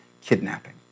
kidnapping